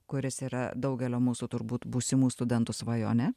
kuris yra daugelio mūsų turbūt būsimų studentų svajonė